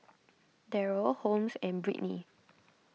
Darryl Holmes and Brittney